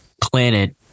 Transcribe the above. Planet